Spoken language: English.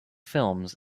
films